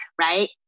Right